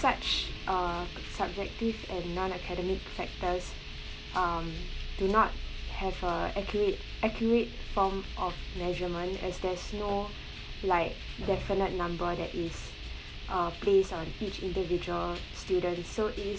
such uh subjective and non academic factors um do not have a accurate accurate form of measurement as there's no like definite number that is uh placed on each individual student so it is